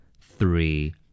three